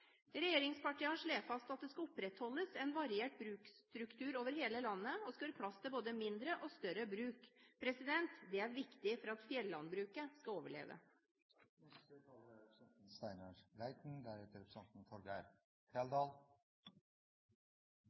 Regjeringspartiene har slått fast at det skal opprettholdes en variert bruksstruktur over hele landet, og det skal være plass til både mindre og større bruk. Det er viktig for at fjellandbruket skal overleve.